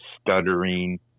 stuttering